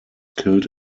killed